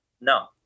No